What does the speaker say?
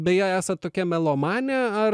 beje esat tokia melomanė ar